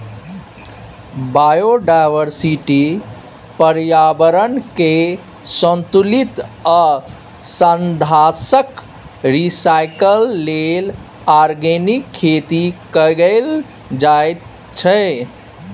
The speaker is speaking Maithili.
बायोडायवर्सिटी, प्रर्याबरणकेँ संतुलित आ साधंशक रिसाइकल लेल आर्गेनिक खेती कएल जाइत छै